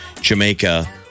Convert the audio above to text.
Jamaica